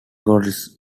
gorillas